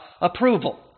approval